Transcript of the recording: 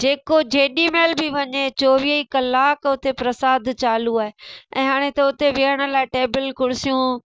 जेको जेॾी महिल बि वञे चौवीह कलाक उते प्रसाद चालू आहे ऐं हाणे त उते वेहण लाइ टेबल कुर्सियूं